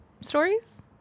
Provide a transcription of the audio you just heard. stories